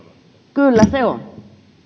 kyllä se on